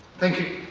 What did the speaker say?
thank you.